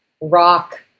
rock